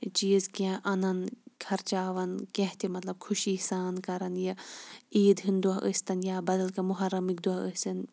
چیٖز کینٛہہ اَنَان خَرچاوَان کینٛہہ تہِ مَطلَب خوشی سان کَرَان یہِ عیٖد ہُنٛد دۄہ ٲستَن یا بَدَل کانٛہہ مُحَرَمٕکۍ دۄہ ٲسِنۍ